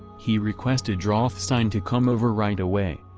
he requested rothstein to come over right away.